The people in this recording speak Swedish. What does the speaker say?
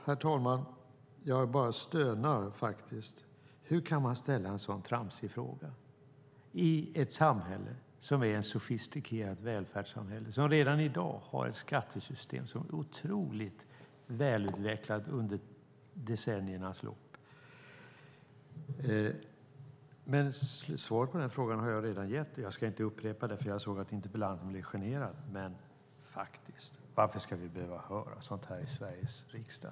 Herr talman! Jag bara stönar, faktiskt. Hur kan man ställa en så tramsig fråga i ett samhälle som är ett sofistikerat välfärdssamhälle och som redan i dag har ett skattesystem som är otroligt välutvecklat under decenniernas lopp? Svaret på den frågan har jag redan gett. Jag ska inte upprepa det, för jag såg att interpellanten blev generad. Men varför ska vi behöva höra sådant här i Sveriges riksdag?